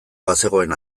bazegoen